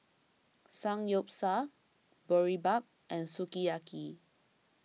Samgeyopsal Boribap and Sukiyaki